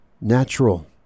natural